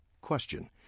Question